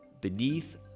Beneath